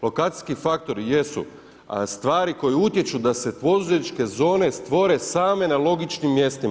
Lokacijski faktori jesu stvari koje utječu da se poduzetničke zone stvore same na logičnim mjestima.